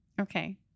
Okay